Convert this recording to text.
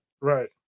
right